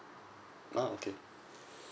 ah okay